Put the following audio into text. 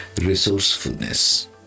Resourcefulness